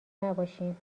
نباشین